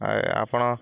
ଆଜ୍ଞା ଆପଣ